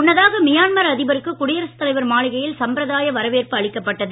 முன்னதாக மியான்மர் அதிபருக்கு குடியரசுத் தலைவர் மாளிகையில் சம்பிரதாய வரவேற்பு அளிக்கப்பட்டது